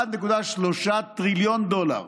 1.3 טריליון דולר.